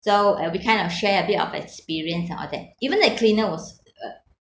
so we be kind of share a bit of experience and all that even though the cleaner was uh